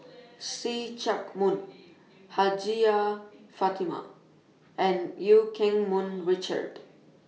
See Chak Mun Hajjah Fatimah and EU Keng Mun Richard